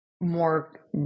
more